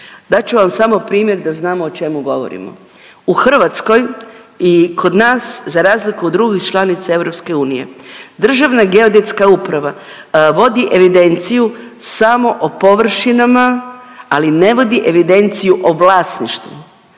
Dat ću vam samo primjer da znamo o čemu govorimo. U Hrvatskoj i kod nas za razliku od drugih članica EU, Državna geodetska uprava vodi evidenciju samo o površinama, ali ne vodi evidenciju o vlasništvu,